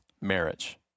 marriage